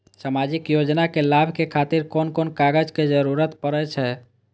सामाजिक योजना के लाभक खातिर कोन कोन कागज के जरुरत परै छै?